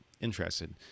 interested